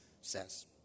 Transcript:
says